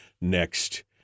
next